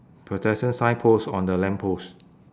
pedestrian signpost on the lamppost